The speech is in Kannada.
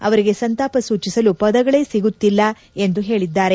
ಅವರಿಗೆ ಸಂತಾಪ ಸೂಚಿಸಲು ಪದಗಳೇ ಸಿಗುತ್ತಿಲ್ಲ ಎಂದು ಹೇಳಿದ್ದಾರೆ